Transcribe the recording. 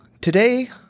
today